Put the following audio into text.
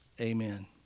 Amen